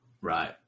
Right